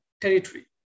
territory